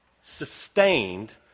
sustained